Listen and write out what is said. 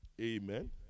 Amen